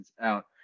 out